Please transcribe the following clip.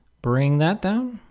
bring that down.